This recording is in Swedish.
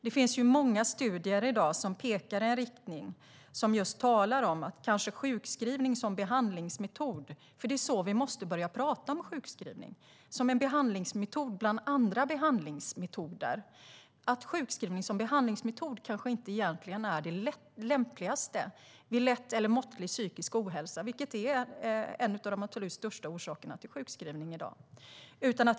Det finns många studier som pekar i en riktning där man talar om sjukskrivning som en behandlingsmetod. Det är nämligen så vi måste börja prata om sjukskrivning: som en behandlingsmetod bland andra behandlingsmetoder. Sjukskrivning som behandlingsmetod kanske egentligen inte är det lämpligaste vid lätt eller måttlig psykisk ohälsa, vilket är en av de absolut största orsakerna till sjukskrivning i dag.